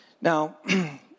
Now